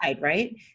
right